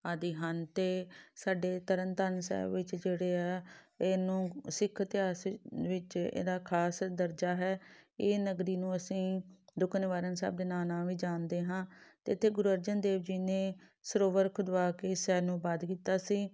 ਆਦਿ ਹਨ ਅਤੇ ਸਾਡੇ ਤਰਨ ਤਾਰਨ ਸਾਹਿਬ ਵਿੱਚ ਜਿਹੜੇ ਆ ਇਹਨੂੰ ਸਿੱਖ ਇਤਿਹਾਸ ਵਿੱਚ ਇਹਦਾ ਖ਼ਾਸ ਦਰਜਾ ਹੈ ਇਹ ਨਗਰੀ ਨੂੰ ਅਸੀਂ ਦੁੱਖ ਨਿਵਾਰਨ ਸਾਹਿਬ ਦੇ ਨਾਂ ਨਾਲ ਵੀ ਜਾਣਦੇ ਹਾਂ ਅਤੇ ਇੱਥੇ ਗੁਰੂ ਅਰਜਨ ਦੇਵ ਜੀ ਨੇ ਸਰੋਵਰ ਖੁਦਵਾ ਕੇ ਸ਼ਹਿਰ ਨੂੰ ਅਬਾਦ ਕੀਤਾ ਸੀ